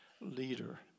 leader